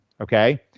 okay